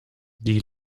die